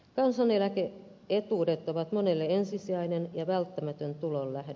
kansaneläke etuudet ovat monelle ensisijainen ja välttämätön tulonlähde